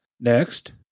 Next